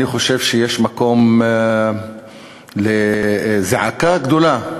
אני חושב שיש מקום לזעקה גדולה.